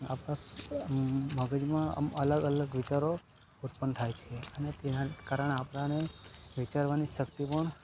આપણા સ મગજમાં અમ અલગ અલગ વિચારો ઉત્પન્ન થાય છે અને તેના કારણે આપણ ને વિચારવાની શક્તિ પણ